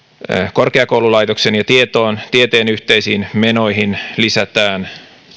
korkeakoululaitoksen ja tieteen yhteisiin menoihin lisätään